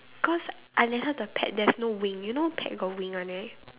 cause I lend her the pad there's no wing you know pad got wing one right